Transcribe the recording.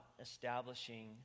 establishing